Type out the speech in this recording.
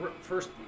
first